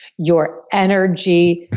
your energy,